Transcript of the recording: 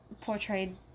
portrayed